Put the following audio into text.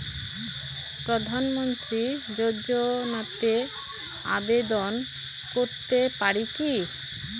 প্রধানমন্ত্রী যোজনাতে আবেদন করতে পারি কি?